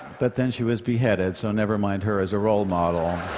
but then she was beheaded, so never mind her as a role model.